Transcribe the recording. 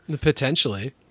potentially